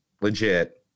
legit